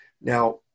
Now